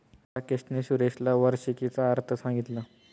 राकेशने सुरेशला वार्षिकीचा अर्थ सांगितला